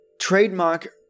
trademark